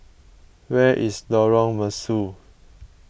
where is Lorong Mesu